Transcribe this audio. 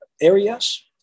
areas